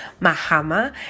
Mahama